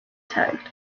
tagged